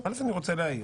אין ההצעה להעביר